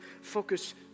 Focus